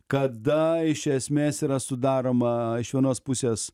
kada iš esmės yra sudaroma iš vienos pusės